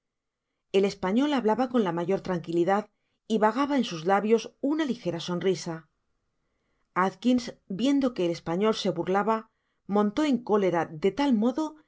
el español hablaba con la mayor tranquilidad y vagaba en sus lábios una ligera sonrisa atkins viendo que el español se burlaba montó en cólera de tal modo